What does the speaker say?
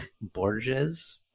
Borges